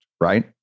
right